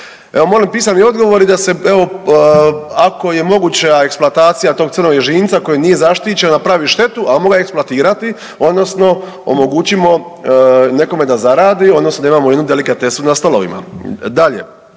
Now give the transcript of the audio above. Evo molim pisani odgovor i da se evo ako je moguća eksploatacija tog crnog ježinca koji nije zaštićen da pravi štetu, a mogu ga eksploatirati odnosno omogućimo nekome da zaradi odnosno da imamo jednu delikatesu na stolovima. Dakle,